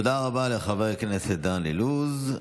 תודה רבה לחבר הכנסת דן אילוז.